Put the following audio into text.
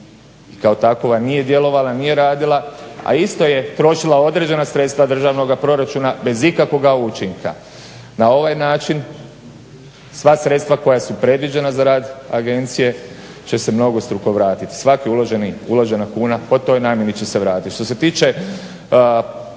kao takva nije djelovala, nije radila a isto je trošila određena sredstva državnoga proračuna bez ikakvoga učinka. Na ovaj način sva sredstva koja su predviđena za rad agencije će se mnogostruko vratiti, svaki uložena kuna po toj namjeni će se vratiti.